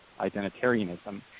identitarianism